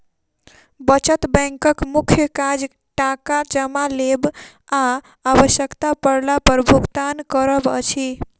बचत बैंकक मुख्य काज टाका जमा लेब आ आवश्यता पड़ला पर भुगतान करब अछि